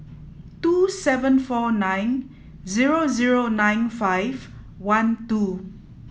two seven four nine zero zero nine five one two